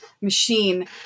machine